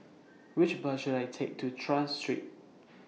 Which Bus should I Take to Tras Street